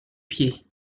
pied